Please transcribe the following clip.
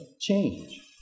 change